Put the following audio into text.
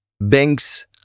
banks